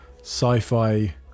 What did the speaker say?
sci-fi